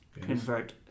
convert